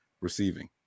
receiving